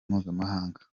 mpuzamahanga